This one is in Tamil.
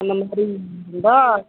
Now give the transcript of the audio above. அந்த மாரி இருந்தால்